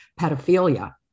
pedophilia